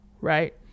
right